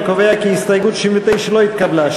אני קובע כי הסתייגות 69 לא התקבלה.